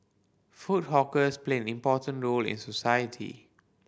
food hawkers played an important role in society